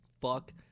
Fuck